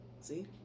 See